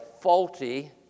faulty